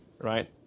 right